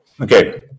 Okay